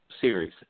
series